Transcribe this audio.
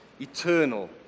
eternal